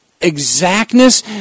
exactness